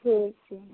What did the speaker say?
ठीक छै